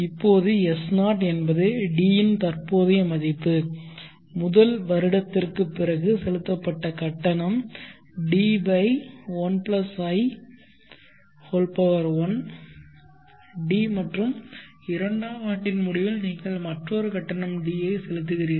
இப்போது S0 என்பது D இன் தற்போதைய மதிப்பு முதல் வருடத்திற்குப் பிறகு செலுத்தப்பட்ட கட்டணம் D1i1 D மற்றும் இரண்டாம் ஆண்டின் முடிவில் நீங்கள் மற்றொரு கட்டணம் D ஐ செலுத்துகிறீர்கள்